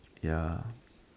ya